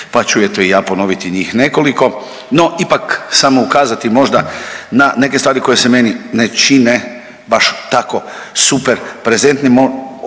pa ću eto i ja ponoviti njih nekoliko, no ipak samo ukazati možda na neke stvari koje se meni ne čine baš tako super prezentnima